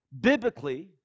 biblically